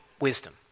wisdom